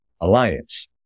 alliance